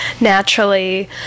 naturally